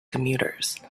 commuters